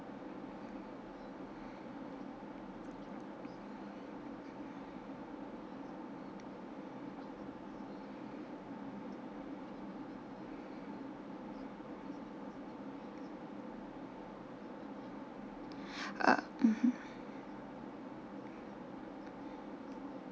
uh mmhmm